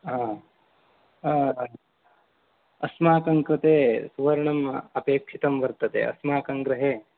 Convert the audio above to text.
आ आ अस्माकं कृते सुवर्णम् अपेक्षितं वर्तते अस्माकं गृहे